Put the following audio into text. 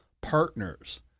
partners